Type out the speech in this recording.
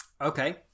Okay